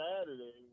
Saturday